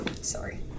Sorry